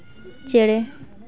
ᱪᱮᱬᱮ